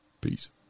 Peace